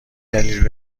دلیل